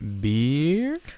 beer